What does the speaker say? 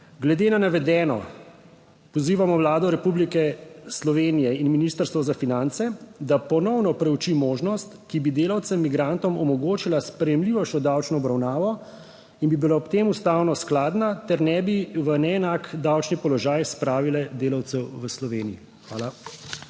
Glede na navedeno pozivamo Vlado Republike Slovenije in Ministrstvo za finance, da ponovno preuči možnost, ki bi delavcem migrantom omogočila sprejemljivejšo davčno obravnavo in bi bila ob tem ustavno skladna ter ne bi v neenak davčni položaj spravila delavcev v Sloveniji. Hvala.